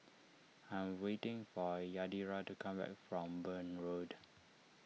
I am waiting for Yadira to come back from Burn Road